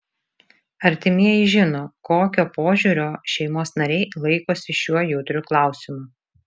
artimieji žino kokio požiūrio šeimos nariai laikosi šiuo jautriu klausimu